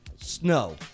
Snow